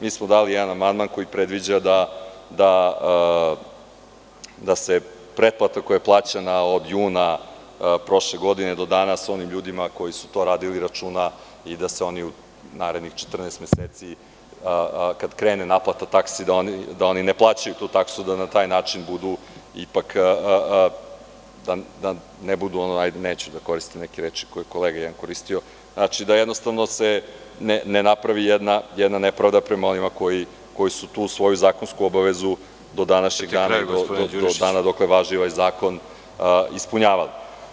Mi smo dali jedan amandman, koji predviđa da se pretplata koja je plaćana od juna prošle godine do danas onim ljudima koji su to radili računa i da se oni u narednih 14 meseci, kada krene naplata takse, da oni ne plaćaju tu taksu, da na taj način budu, neću da koristim neke reči koje je jedan kolega koristio, znači da jednostavno ne napravi jedna nepravda prema onima koji su tu svoju zakonsku obavezu do današnjeg dana, do dana dokle važi ovaj zakon ispunjavali.